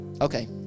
okay